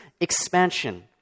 expansion